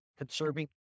conserving